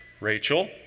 Rachel